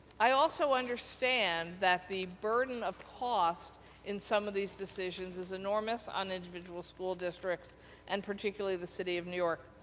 i also understand that the burden of cost in some of these decisions is enormous on school districts and particularly the city of new york.